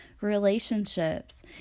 relationships